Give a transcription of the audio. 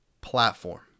platform